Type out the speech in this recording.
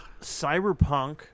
Cyberpunk